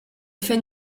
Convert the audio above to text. fait